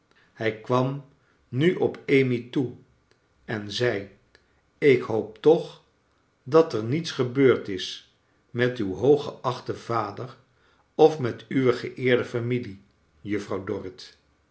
hij kwam nu op amy toe en zei ik hoop toch dat er niets gebeurd is met uw tiooggeachten vader of met uwe geeerde familie juff rouw dorrit